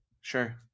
sure